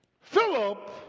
Philip